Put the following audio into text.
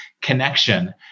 connection